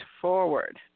forward